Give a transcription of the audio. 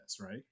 right